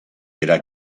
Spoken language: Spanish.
era